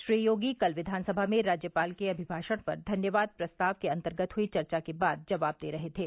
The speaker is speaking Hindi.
श्री योगी कल विधानसभा में राज्यपाल के अमिभाषण पर धन्यवाद प्रस्ताव के अन्तर्गत हई चर्चा के बाद जवाब दे रहे थे